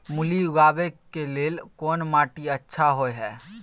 मूली उगाबै के लेल कोन माटी अच्छा होय है?